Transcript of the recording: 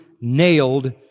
nailed